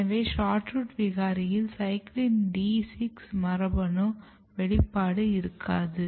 எனவே SHORT ROOT விகாரியில் CYCLIN D மரபணுவின் வெளிப்பாடு இருக்காது